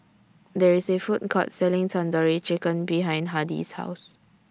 There IS A Food Court Selling Tandoori Chicken behind Hardie's House